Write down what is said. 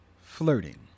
flirting